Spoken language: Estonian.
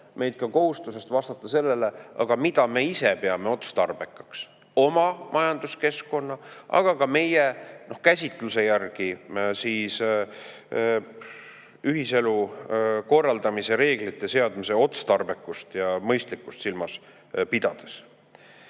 meid ka kohustusest vastata sellele, et aga mida me ise peame otstarbekaks oma majanduskeskkonna, aga ka meie käsitluse järgi ühiselu korraldamise reeglite seadmise otstarbekust ja mõistlikkust silmas pidades.